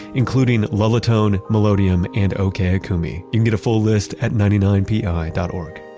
including lullatone, melodium and ok ikumi. you can get a full list at ninety nine pi dot org.